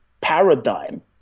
paradigm